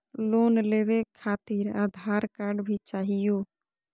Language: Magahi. लोन लेवे खातिरआधार कार्ड भी चाहियो?